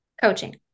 coaching